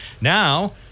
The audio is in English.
now